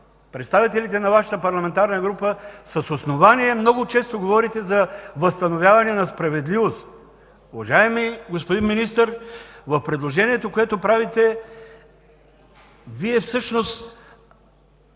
Представителите на Вашата парламентарна група с основание много често говорят за възстановяване на справедливост. Уважаеми господин Министър, в предложението, което правите, Вие всъщност